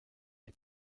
est